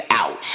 out